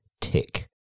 Tick